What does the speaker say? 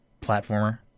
platformer